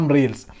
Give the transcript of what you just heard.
Reels